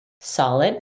solid